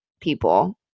people